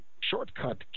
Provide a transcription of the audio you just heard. shortcut